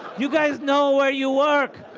you guys know where you work,